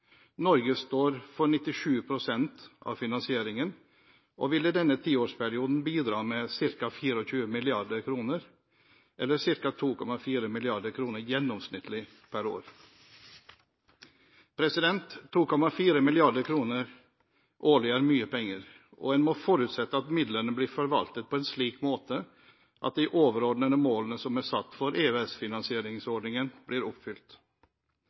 Norge står for 97 pst. av finansieringen og vil i denne tiårsperioden bidra med ca. 24 mrd. kr – eller ca. 2,4 mrd. kr gjennomsnittlig per år. 2,4 mrd. kr årlig er mye penger, og en må forutsette at midlene blir forvaltet på en slik måte at de overordnede målene som er satt for EØS-finansieringsordningene, blir oppfylt.